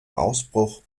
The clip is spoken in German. ausbruch